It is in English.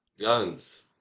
guns